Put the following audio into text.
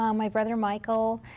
um my brother michael